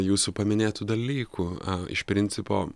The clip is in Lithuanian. jūsų paminėtų dalykų iš principo